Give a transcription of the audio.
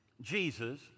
Jesus